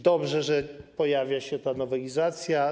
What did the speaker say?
Dobrze, że pojawia się ta nowelizacja.